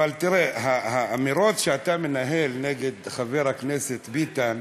אבל תראה, האמירות שאתה מנהל נגד חבר הכנסת ביטן,